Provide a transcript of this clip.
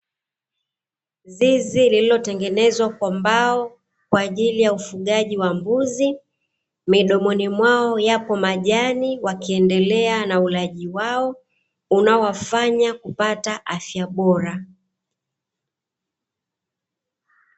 Zizi lililotengenezwa kwa mbao kwaajili ya ufugaji wa mbuzi, midomoni mwao yapo majani wakiendelea na ulaji wao unaowafanya kupata afya bora.